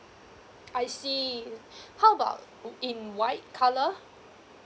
I see how about o~ in white colour